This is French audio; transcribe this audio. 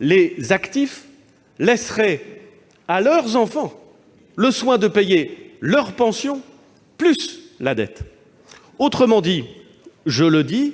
les actifs laisseraient à leurs enfants le soin de payer leurs pensions plus la dette. En d'autres termes,